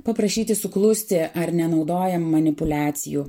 paprašyti suklusti ar nenaudojam manipuliacijų